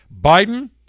Biden